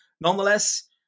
Nonetheless